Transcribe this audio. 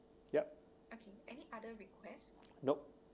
yup nope